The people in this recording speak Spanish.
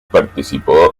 participó